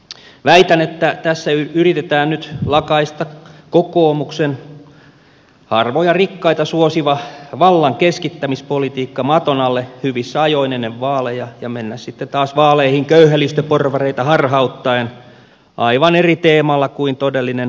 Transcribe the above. väitän että tässä yritetään nyt lakaista kokoomuksen harvoja rikkaita suosiva vallan keskittämispolitiikka maton alle hyvissä ajoin ennen vaaleja ja mennä sitten taas vaaleihin köyhälistöporvareita harhauttaen aivan eri teemalla kuin todellinen harjoitettu politiikka on